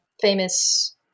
famous